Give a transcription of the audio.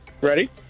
Ready